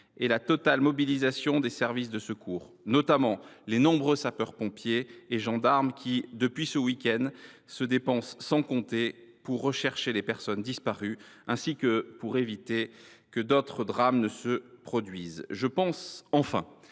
et la totale mobilisation des services de secours, notamment les nombreux sapeurs pompiers et gendarmes qui, depuis ce week end, se dépensent sans compter pour rechercher les personnes disparues et pour éviter que d’autres drames ne se produisent. Je pense enfin